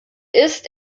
ist